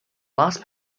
last